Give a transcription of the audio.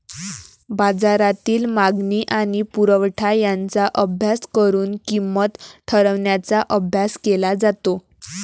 बाजारातील मागणी आणि पुरवठा यांचा अभ्यास करून किंमत ठरवण्याचा अभ्यास केला जातो